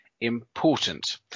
important